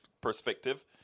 perspective